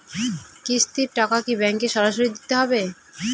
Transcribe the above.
কিস্তির টাকা কি ব্যাঙ্কে সরাসরি দিতে হবে?